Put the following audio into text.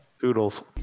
doodles